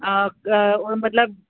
मतलबु